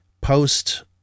post